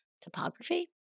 Topography